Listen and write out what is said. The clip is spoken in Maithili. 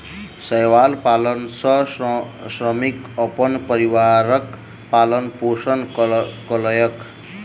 शैवाल पालन सॅ श्रमिक अपन परिवारक पालन पोषण कयलक